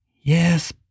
Yes